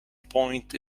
point